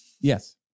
Yes